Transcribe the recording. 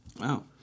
Wow